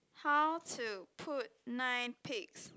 how to put nine pigs